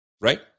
right